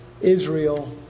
Israel